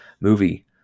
movie